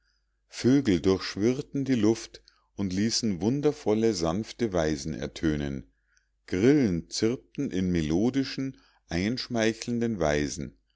vögel durchschwirrten die luft und ließen wundervolle sanfte weisen ertönen grillen zirpten in melodischen einschmeichelnden weisen